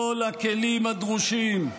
כל הכלים הדרושים כדי,